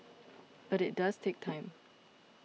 but it does take time